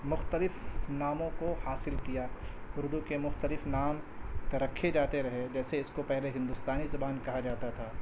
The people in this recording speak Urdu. مختلف ناموں کو حاصل کیا اردو کے مختلف نام تو رکھے جاتے رہے جیسے اس کو پہلے ہندوستانی زبان کہا جاتا تھا